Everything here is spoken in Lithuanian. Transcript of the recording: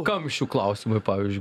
kamščių klausimai pavyzdžiui